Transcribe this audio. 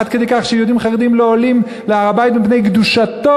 עד כדי כך שיהודים לא עולים להר-הבית מפני קדושתו.